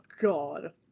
God